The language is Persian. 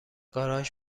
گاراژ